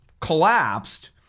collapsed